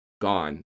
gone